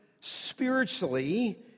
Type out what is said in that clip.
spiritually